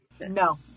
No